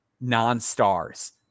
non-stars